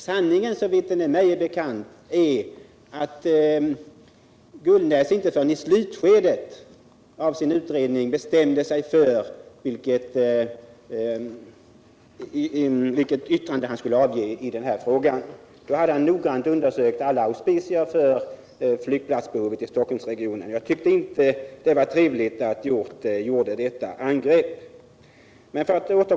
Såvitt är mig bekant är sanningen den att Gullnäs inte förrän i slutskedet av sin utredning bestämde sig för vilket yttrande han skulle avge i frågan. Då hade han noggrant undersökt alla auspicier för flygplatsbehovet i Stockholmsregionen. Jag tycker inte det var trevligt att Nils Hjorth gjorde detta angrepp.